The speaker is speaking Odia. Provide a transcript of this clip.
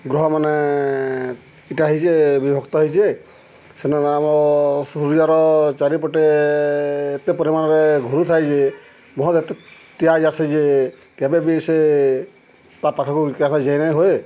ଗ୍ରହମାନେ ଇଟା ହେଇଚେ ବିଭକ୍ତ ହେଇଚେ ସେନ ଆମର ସୂର୍ଯ୍ୟର ଚାରିପଟେ ଏତେ ପରିମାଣରେ ଘୁରୁଥାଏ ଯେ ବହୁତ ଏତେ ତିଆଜ ଆସେ ଯେ କେବେ ବି ସେ ତା ପାଖ୍କୁ କେବେ ଯାଇନାଇଁ ହୁଏ